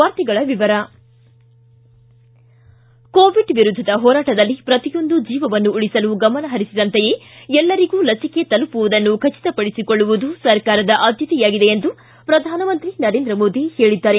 ವಾರ್ತೆಗಳ ವಿವರ ಕೋವಿಡ್ ವಿರುದ್ದದ ಹೋರಾಟದಲ್ಲಿ ಪ್ರತಿಯೊಂದು ಜೀವವನ್ನೂ ಉಳಿಸಲು ಗಮನಹರಿಸಿದಂತೆಯೇ ಎಲ್ಲರಿಗೂ ಲಸಿಕೆ ತಲುಪುವುದನ್ನು ಖಚಿತಪಡಿಸಿಕೊಳ್ಳುವುದು ಸರ್ಕಾರದ ಆದ್ದತೆಯಾಗಿದೆ ಎಂದು ಶ್ರಧಾನಮಂತ್ರಿ ನರೇಂದ್ರ ಮೋದಿ ಹೇಳಿದ್ದಾರೆ